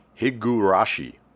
Higurashi